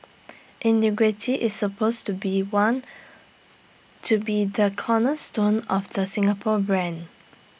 integrity is supposed to be one to be the cornerstone of the Singapore brand